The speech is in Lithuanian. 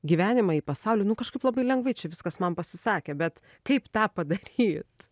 gyvenimą į pasaulį nu kažkaip labai lengvai čia viskas man pasisakė bet kaip tą padaryt